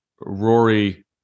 Rory